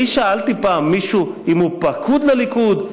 אני שאלתי פעם מישהו אם הוא פקוד לליכוד,